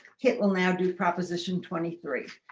kit will now do proposition twenty three.